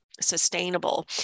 sustainable